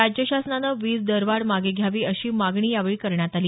राज्य शासनानं वीज दरवाढ मागे घ्यावी अशी मागणी यावेळी करण्यात आली